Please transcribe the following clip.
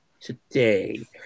today